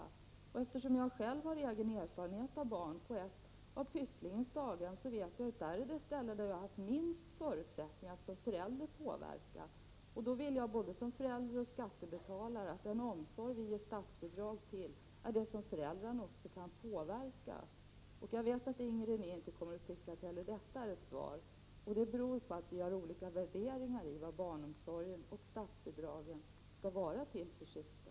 Eftersom jag själv har erfarenhet av att ha barn på ett av Pysslingens daghem vet jag att det är det ställe där jag haft minst förutsättningar att som förälder påverka. Därför vill jag som både förälder och skattebetalare att den omsorg som vi ger statsbidrag till är den form som föräldrarna också kan påverka. Jag vet att Inger René kommer att anse att inte heller detta utgör något svar. Det beror på att vi har olika värderingar i fråga om vad barnomsorgen och statsbidragen skall ha för syfte.